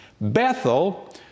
Bethel